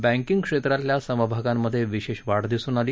banking क्षेत्रातल्या समभागांमधे विशेष वाढ दिसून आली